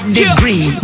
degree